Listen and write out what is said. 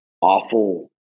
Awful